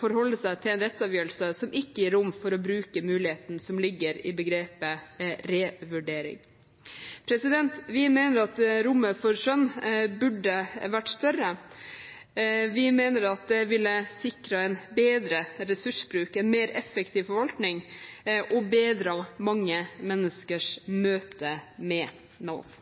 forholde seg til en rettsavgjørelse som ikke gir rom for å bruke muligheten som ligger i begrepet revurdering. Vi mener at rommet for skjønn burde vært større. Vi mener at det ville sikret en bedre ressursbruk, en mer effektiv forvaltning og bedret mange menneskers møte med Nav.